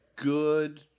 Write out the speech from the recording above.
Good